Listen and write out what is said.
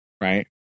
Right